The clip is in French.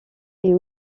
est